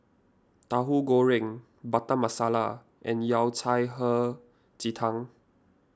Tauhu Goreng Butter Masala and Yao Cai Hei Ji Tang